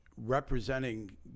representing